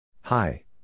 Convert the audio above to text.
Hi